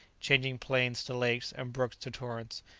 changing plains to lakes and brooks to torrents,